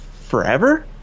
forever